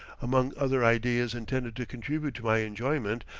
among other ideas intended to contribute to my enjoyment,